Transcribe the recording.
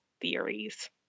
theories